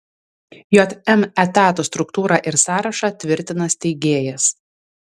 jm etatų struktūrą ir sąrašą tvirtina steigėjas